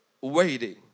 waiting